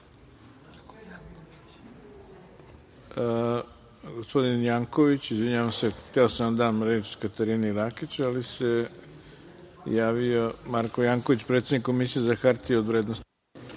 Janković, izvinjavam se. Hteo sam da dam reč Katarini Rakić ali se javio Marko Janković, predsednik Komisije za hartije od vrednosti.